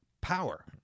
power